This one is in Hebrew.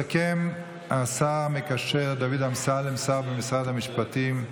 יסכם השר המקשר דוד אמסלם, שר במשרד המשפטים.